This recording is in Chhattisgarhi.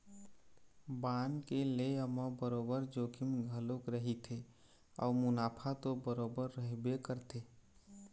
बांड के लेय म बरोबर जोखिम घलोक रहिथे अउ मुनाफा तो बरोबर रहिबे करथे